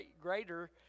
greater